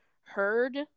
heard